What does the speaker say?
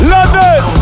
London